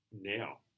now